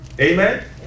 Amen